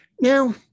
Now